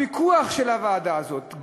הפיקוח של הוועדה הזאת,